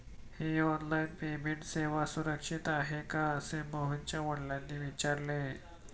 ही online payment सेवा सुरक्षित आहे का असे मोहनच्या वडिलांनी विचारले